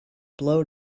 blow